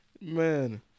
Man